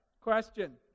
Question